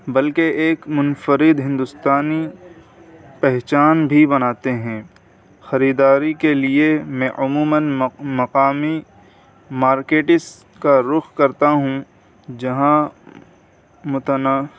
بلکہ ایک منفرد ہندوستانی پہچان بھی بناتے ہیں خریداری کے لیے میں عموماً مقامی مارکیٹس کا رخ کرتا ہوں جہاں متنوع